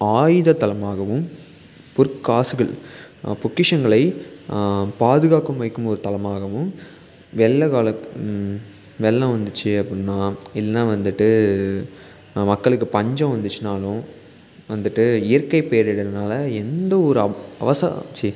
ஆயிதத்தலமாகவும் பொற்காசுகள் பொக்கிஷங்களை பாதுகாக்கும் வைக்கும் ஒரு தலமாகவும் வெள்ள கால வெள்ளம் வந்துச்சி அப்புடின்னா இல்லைனா வந்துட்டு மக்களுக்கு பஞ்சம் வந்துச்சினாலும் வந்துட்டு இயற்கை பேரிடர்னால எந்த ஒரு அவ் அவசரம் ச்சி